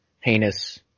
heinous